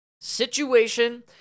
situation